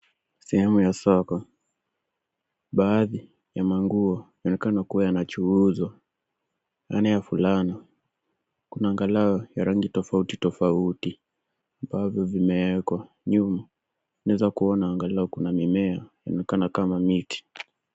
Sehemu ya soko baadhi ya manguo yanaonekana kuwa yanachuuzwa. Ndani ya fulana kuna angalau ya rangi tofauti tofauti ambavyo vimewekwa nyuma. Tunaeza kuona angalau kuna mimea inayoonekana kama miti.